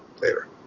Later